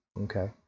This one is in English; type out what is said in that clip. Okay